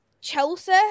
Chelsea